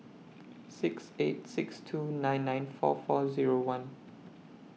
six eight six two nine nine four four Zero one